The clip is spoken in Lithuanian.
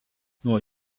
nuo